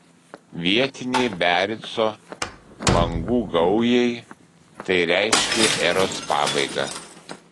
vietinei biarico bangų gaujai tai reiškė eros pabaigą